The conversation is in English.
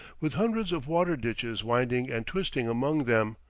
with hundreds of water-ditches winding and twisting among them,